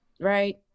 right